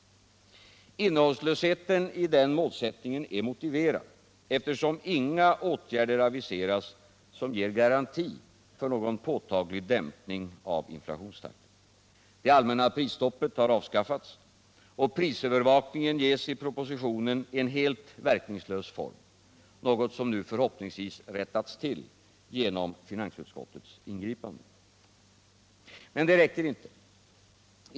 Innehållslösheten i denna målsättning är motiverad, eftersom inga åtgärder aviseras som ger garanti för någon påtaglig dämpning av inflationstakten. Det allmänna prisstoppet har avskaffats, och prisövervakningen ges i propositionen en helt verkningslös form — något som nu förhoppningsvis rättas till genom finansutskottets ingripande. Men det räcker inte.